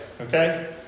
Okay